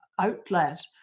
outlet